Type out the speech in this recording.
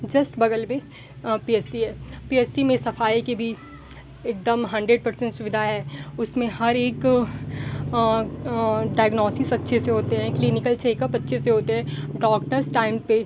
just बगल में P S C है पी एस सी में सफाई के भी एकदम हंड्रेस पर्सेंट सुविधा है उसमें हर एक डाइग्नोसिस अच्छे से होते हैं क्लीनिकल चेकअप अच्छे से होते है डॉक्टर्स टाइम पे